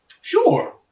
Sure